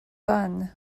bun